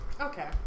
Okay